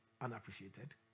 unappreciated